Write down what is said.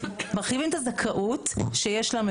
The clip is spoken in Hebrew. מרחיבים את הזכאות שיש למבוטח.